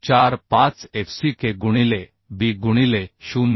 45 f c k गुणिले b गुणिले 0